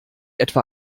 etwa